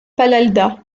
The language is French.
palalda